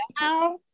now